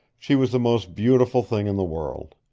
she was the most beautiful thing in the world.